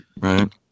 Right